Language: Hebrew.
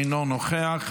אינו נוכח,